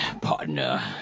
partner